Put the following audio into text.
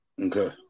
Okay